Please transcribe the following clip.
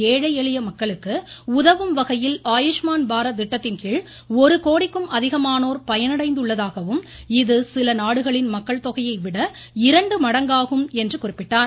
ஏழை எளிய மக்களுக்கு உதவும் வகையில் ஆயுஷ்மான் நாட்டிலுள்ள பாரத் திட்டத்தின்கீழ் ஒரு கோடிக்கும் அதிகமானோர் பயனடைந்துள்ளதாகவும் இது சில நாடுகளின் மக்கள் தொகையை விட இரண்டு மடங்காகும் என்றும் குறிப்பிட்டார்